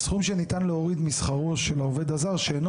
סכום שניתן להוריד משכרו של העובד הזר שאינו